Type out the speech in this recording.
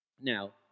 Now